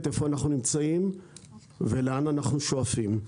איפה אנחנו נמצאים ולאן אנחנו שואפים.